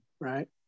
right